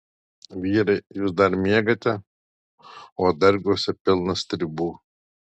vyrai jūs dar miegate o dargiuose pilna stribų